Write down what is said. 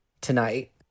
tonight